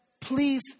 Please